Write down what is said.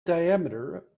diameter